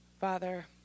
Father